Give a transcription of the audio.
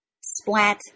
Splat